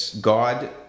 God